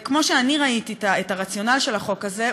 כמו שאני ראיתי את הרציונל של החוק הזה,